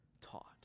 taught